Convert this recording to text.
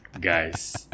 Guys